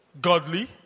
godly